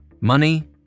money